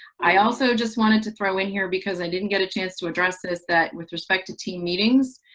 i also just wanted to throw in here, because i didn't get a chance to address this, that with respect to team meetings,